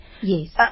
Yes